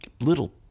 little